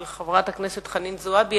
של חברת הכנסת חנין זועבי,